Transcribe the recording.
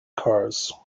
cars